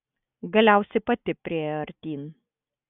galiausiai pati priėjo artyn